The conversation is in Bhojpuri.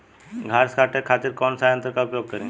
घास काटे खातिर कौन सा यंत्र का उपयोग करें?